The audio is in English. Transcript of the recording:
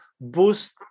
boost